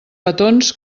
petons